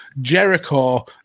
Jericho